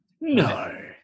No